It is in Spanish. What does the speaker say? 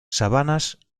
sabanas